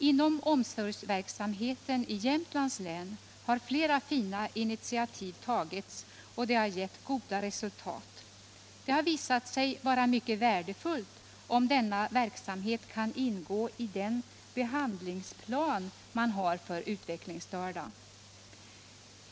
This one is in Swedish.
Inom omsorgsverksamheten i Jämtlands län har flera fina initiativ tagits som givit goda resultat. Det har visat sig vara mycket värdefullt, om denna verksamhet kan ingå i den behandlingsplan man har för utvecklingsstörda.